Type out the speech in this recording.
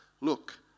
Look